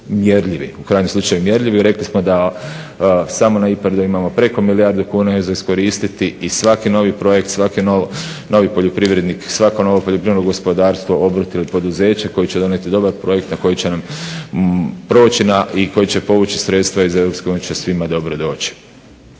u krajnjem slučaju mjerljivi. Rekli smo da samo na IPARD-u imamo preko milijardu kuna za iskoristiti i svaki novi projekt, svaki novi poljoprivrednik, svako novo poljoprivredno gospodarstvo, obrt ili poduzeće koje će donijeti dobar projekt koji će nam proći i koji će povući sredstva iz EU će svima dobro doći.